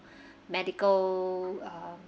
medical uh